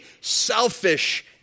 selfish